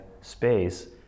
space